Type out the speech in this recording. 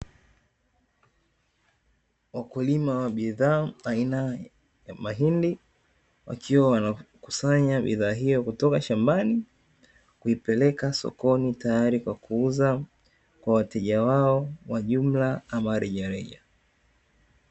Wakulima aina ya bidhaa ya mahindi wakiwa wanakusanya bidhaa hiyo kutoka shambani kuipeleka sokoni, tayari kwa kuuza kwa wateja wao wa jumla ama wa rejareja.